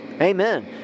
amen